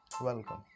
welcome